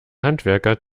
handwerker